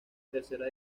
tercera